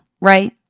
right